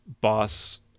Boss